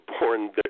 born